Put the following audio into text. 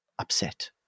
upset